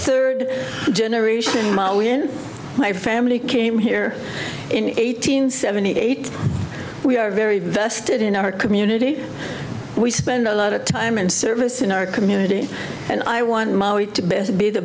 third generation ma when my family came here in eight hundred seventy eight we are very vested in our community we spend a lot of time and service in our community and i want it to be the